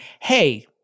hey